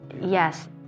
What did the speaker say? Yes